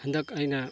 ꯍꯟꯗꯛ ꯑꯩꯅ